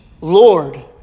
Lord